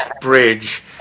Bridge